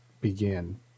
begin